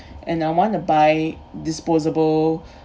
and I want to buy disposable